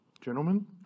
gentlemen